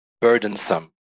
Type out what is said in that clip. burdensome